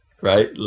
Right